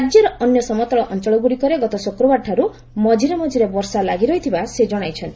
ରାଜ୍ୟର ଅନ୍ୟ ସମତଳ ଅଞ୍ଚଳଗ୍ରଡ଼ିକରେ ଗତ ଶୁକ୍ରବାରଠାରୁ ମଝିରେ ମଝିରେ ବର୍ଷା ଲାଗିରହିଥିବା ସେ ଜଣାଇଛନ୍ତି